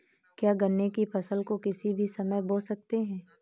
क्या गन्ने की फसल को किसी भी समय बो सकते हैं?